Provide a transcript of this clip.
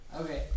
Okay